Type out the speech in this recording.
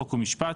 חוק ומשפט